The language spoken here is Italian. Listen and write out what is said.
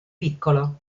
piccolo